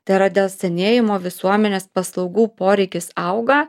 tai yra dėl senėjimo visuomenės paslaugų poreikis auga